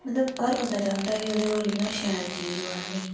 मतलव हर बंदा चांह्दा कि ओह्दे कोल शैल चीज होए